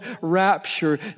rapture